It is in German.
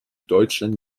deutschland